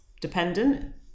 dependent